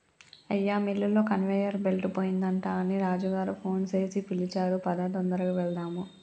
అయ్యా మిల్లులో conveyor belt పోయిందట అని రాజు గారు ఫోన్ సేసి పిలిచారు పదా తొందరగా వెళ్దాము